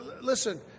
Listen